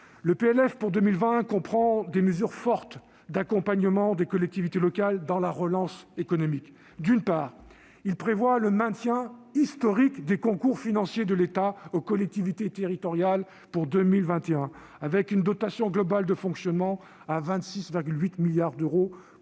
Le PLF pour 2021 comprend des mesures fortes d'accompagnement des collectivités locales dans la relance économique. D'une part, il prévoit le maintien historique des concours financiers de l'État aux collectivités territoriales pour 2021, avec une dotation globale de fonctionnement à hauteur de 26,8 milliards d'euros,